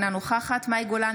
אינה נוכחת מאי גולן,